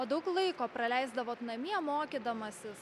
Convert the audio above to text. o daug laiko praleisdavot namie mokydamasis